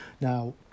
Now